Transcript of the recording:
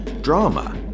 drama